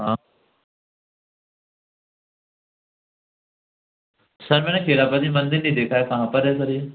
हाँ सर मैंने खेलापति मंदिर नहीं देखा है कहाँ पर है सर ये